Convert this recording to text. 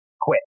quit